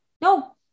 No